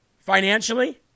Financially